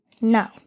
No